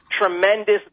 tremendous